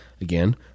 Again